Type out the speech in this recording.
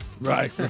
Right